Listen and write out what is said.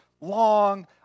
Long